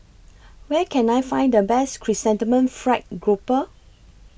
Where Can I Find The Best Chrysanthemum Fried Grouper